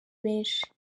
benshi